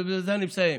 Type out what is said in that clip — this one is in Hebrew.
ובזה אני מסיים,